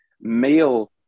male